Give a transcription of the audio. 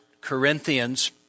Corinthians